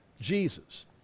Jesus